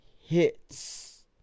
hits